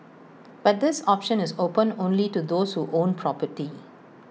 but this option is open only to those who own property